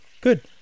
good